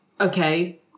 Okay